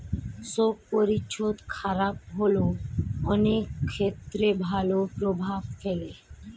শোক পরিচ্ছদ খারাপ হলেও অনেক ক্ষেত্রে ভালো প্রভাব ফেলে